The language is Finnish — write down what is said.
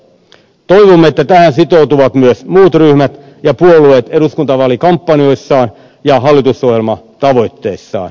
toivomme että tähän sitoutuvat myös muut ryhmät ja puolueet eduskuntavaalikampanjoissaan ja hallitusohjelmatavoitteissaan